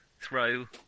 throw